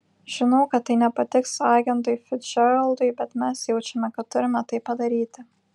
žinau kad tai nepatiks agentui ficdžeraldui bet mes jaučiame kad turime tai padaryti